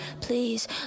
Please